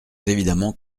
évidemment